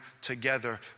together